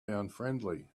unfriendly